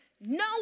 No